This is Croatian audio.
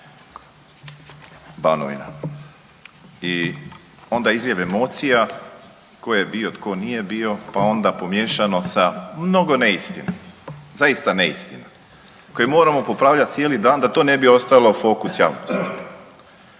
Banovina. I onda izljev emocija tko je bio, tko nije bio, pa onda pomiješano sa mnogo neistine koje moramo popravljati cijeli dan da to ne bi ostalo u fokusu javnosti.